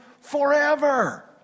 forever